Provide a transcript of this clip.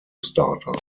starters